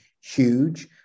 huge